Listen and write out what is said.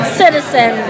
citizen